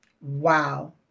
Wow